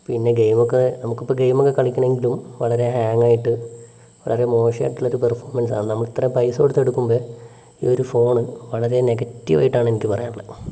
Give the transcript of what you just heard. പിന്നെ ഗെയിം ഒക്കെ നമുക്ക് ഇപ്പോൾ ഗെയിം ഒക്കെ കളിക്കണം എങ്കിലും വളരെ ഹാങ്ങ് ആയിട്ട് വളരെ മോശമായിട്ടുള്ള ഒരു പെർഫോമൻസ് ആണ് നമ്മൾ ഇത്ര പൈസ കൊടുത്ത് എടുക്കുമ്പോൾ ഈ ഒരു ഫോൺ വളരെ നെഗറ്റീവ് ആയിട്ടാണ് എനിക്ക് പറയാനുള്ളത്